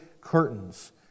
curtains